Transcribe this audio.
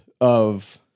of-